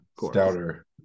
stouter